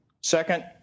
Second